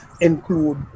include